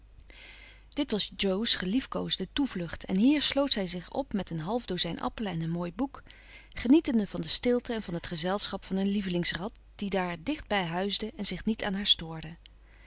dit was jo's geliefkoosde toevlucht en hier sloot zij zich op met een half dozijn appelen en een mooi boek genietende van de stilte en van het gezelschap van een lievelingsrat die daar dichtbij huisde en zich niet aan haar stoorde